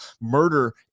Murder